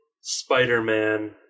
Spider-Man